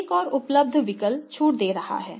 एक और उपलब्ध विकल्प छूट दे रहा है